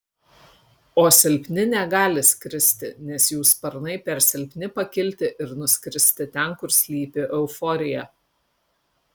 o silpni negali skristi nes jų sparnai per silpni pakilti ir nuskristi ten kur slypi euforija